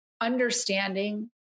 understanding